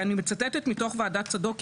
אני מצטטת מתוך ועדת צדוק,